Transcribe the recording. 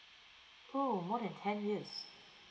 !huh! more than ten years